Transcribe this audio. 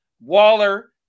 Waller